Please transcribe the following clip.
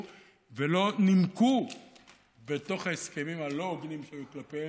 ולא נמקו בתוך ההסכמים הלא-הוגנים שהיו כלפיהם,